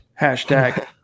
hashtag